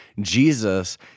Jesus